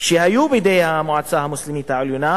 שהיו בידי המועצה המוסלמית העליונה